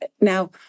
Now